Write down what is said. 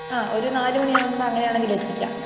ആ ഒരു നാല് മണി ആകുമ്പോൾ അങ്ങനെയാണെങ്കിൽ എത്തിക്കാം